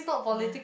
ya